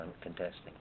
contesting